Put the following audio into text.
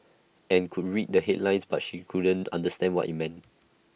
and could read the headlines but she couldn't understand what IT meant